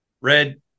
red